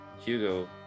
Hugo